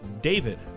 David